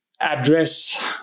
address